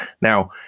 Now